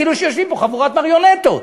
כאילו שיושבת פה חבורת מריונטות.